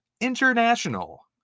International